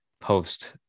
post